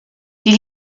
die